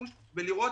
אני לא אומר שלא,